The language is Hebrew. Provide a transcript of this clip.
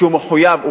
כשהוא מחויב.